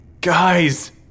Guys